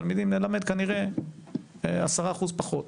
עולים, נלמד כנראה עשרה אחוזים פחות.